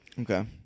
Okay